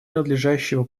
надлежащего